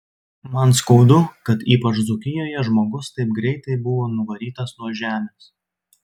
man skaudu kad ypač dzūkijoje žmogus taip greitai buvo nuvarytas nuo žemės